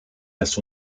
las